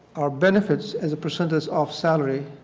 our benefits as a percentage of salary